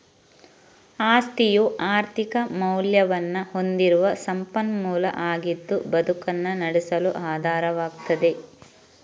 ಆಸ್ತಿಯು ಆರ್ಥಿಕ ಮೌಲ್ಯವನ್ನ ಹೊಂದಿರುವ ಸಂಪನ್ಮೂಲ ಆಗಿದ್ದು ಬದುಕನ್ನ ನಡೆಸಲು ಆಧಾರವಾಗ್ತದೆ